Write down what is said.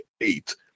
eight